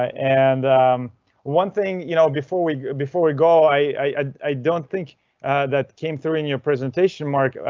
and one thing you know before we. before we go. i don't think that came through in your presentation, mark,